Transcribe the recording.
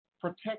protect